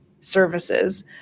services